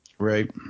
Right